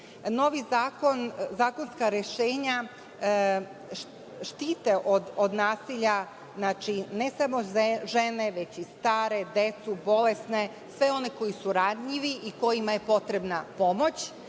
zakonska rešenja štite od nasilja, znači, ne samo žene, već i stare, decu, bolesne, sve one koji su ranjivi i kojima je potrebna pomoć. Ovde